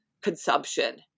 consumption